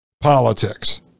politics